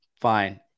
fine